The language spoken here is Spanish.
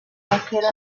vaquero